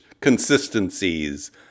consistencies